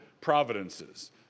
providences